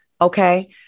Okay